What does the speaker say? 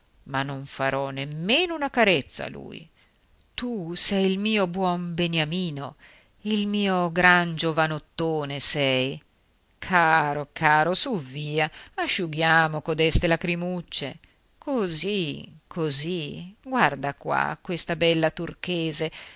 ma non farò nemmeno una carezza a lui tu sei il mio buon beniamino il mio gran giovanottone sei caro caro suvvia asciughiamo codeste lagrimucce così così guarda qua questa bella turchese